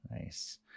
nice